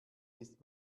ist